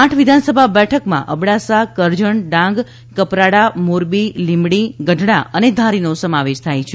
આઠ વિધાનસભા બેઠકમાં અબડાસા કરજણ ડાંગ કપરાડા મોરબી લીમડી ગઢડા અને ધારીનો સમાવેશ થાય છે